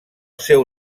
seu